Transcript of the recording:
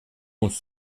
muss